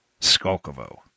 Skolkovo